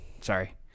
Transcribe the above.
Sorry